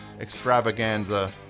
extravaganza